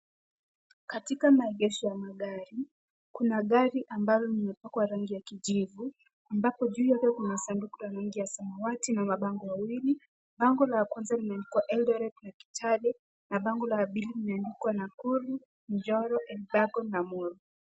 Katika maegesho ya magari, kuna gari ambalo limepakwa rangi ya kijivu ambapo juu yake kuna sanduku la rangi ya samawati na mabango mawili. Bango la kwanza limeandikwa Eldoret na Kitale na bango la pili limeandikwa Nakuru, Njoro, Elburgon na Molo.